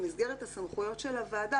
במסגרת הסמכויות של הוועדה,